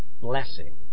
blessing